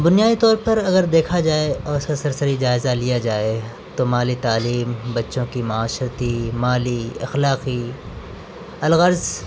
بنیادی طور پر اگر دیکھا جائے اور سر سرسری جائزہ لیا جائے تو مالی تعلیم بچوں کی معاشرتی مالی اخلاقی الغرض